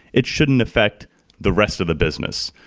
it shouldn't affect the rest of the business.